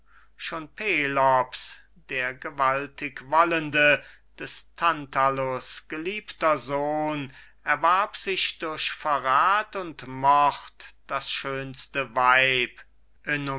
schon pelops der gewaltig wollende des tantalus geliebter sohn erwarb sich durch verrath und mord das schönste weib